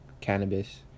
cannabis